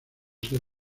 ser